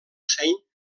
seny